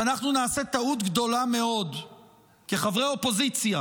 שאנחנו נעשה טעות גדולה מאוד כחברי אופוזיציה